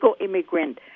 immigrant